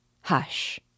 Hush